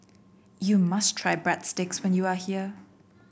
you must try Breadsticks when you are here